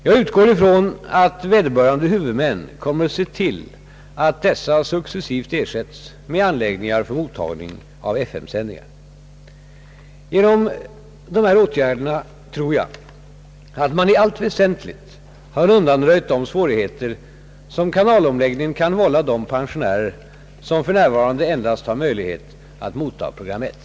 Jag utgår från att vederbörande huvudmän kommer att se till att dessa successivt ersätts med anläggningar för mottagning av FM-sändningar. Genom dessa åtgärder tror jag, att man i allt väsentligt har undanröjt de svårigheter, som :kanalomläggningen kan vålla de pensionärer, som f. n. endast har möjligheter att motta program 1.